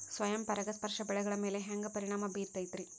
ಸ್ವಯಂ ಪರಾಗಸ್ಪರ್ಶ ಬೆಳೆಗಳ ಮ್ಯಾಲ ಹ್ಯಾಂಗ ಪರಿಣಾಮ ಬಿರ್ತೈತ್ರಿ?